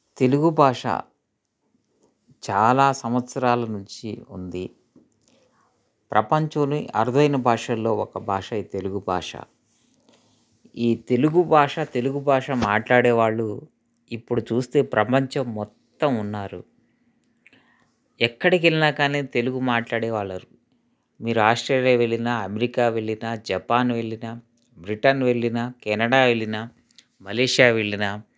తెలుగు భాష చాలా సంవత్సరాల నుంచి ఉంది ప్రపంచం లోనే అరుదైన భాషల్లో ఒక భాష ఈ తెలుగు భాష ఈ తెలుగు భాష తెలుగు భాష మాట్లాడేవాళ్ళు ఇప్పుడు చూస్తే ప్రపంచం మొత్తం ఉన్నారు ఎక్కడికి వెళ్ళినా కానీ తెలుగు మాట్లాడే వాళ్ళర్ మీరు ఆస్ట్రేలియా వెళ్ళినా అమెరికా వెళ్ళినా జపాన్ వెళ్ళినా బ్రిటన్ వెళ్ళినా కెనడా వెళ్ళినా మలేషియా వెళ్ళినా